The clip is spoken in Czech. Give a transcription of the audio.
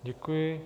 Děkuji.